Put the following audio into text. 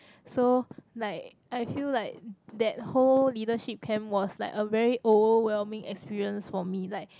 so like I feel like that whole leadership camp was like a very overwhelming experience for me like